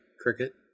Cricket